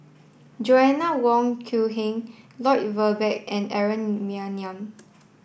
Joanna Wong Quee Heng Lloyd Valberg and Aaron Maniam